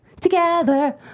Together